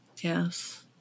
Yes